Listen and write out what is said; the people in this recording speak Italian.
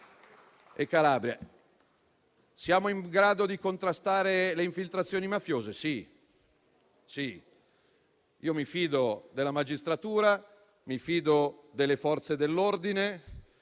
Siamo in grado di contrastare le infiltrazioni mafiose? Sì, io mi fido della magistratura, delle Forze dell'ordine